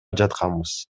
жатканбыз